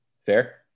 Fair